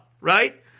right